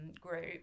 group